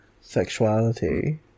sexuality